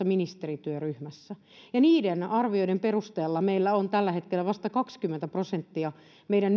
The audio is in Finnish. ministerityöryhmässä niiden arvioiden perusteella meillä tällä hetkellä vasta kaksikymmentä prosenttia meidän